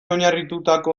oinarritutako